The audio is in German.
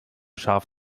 scharf